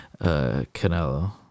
Canelo